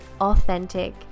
authentic